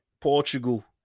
Portugal